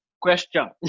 question